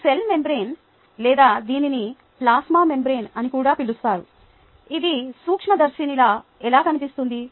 ఈ cell membrane లేదా దీనిని ప్లాస్మా మెంబ్రేన్ అని కూడా పిలుస్తారు ఇది సూక్ష్మదర్శినిలా ఎలా కనిపిస్తుంది